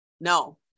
No